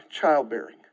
childbearing